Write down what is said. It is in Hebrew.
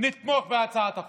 נתמוך בהצעת החוק.